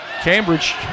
Cambridge